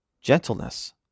gentleness